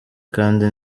kandi